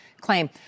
claim